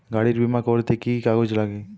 গাড়ীর বিমা করতে কি কি কাগজ লাগে?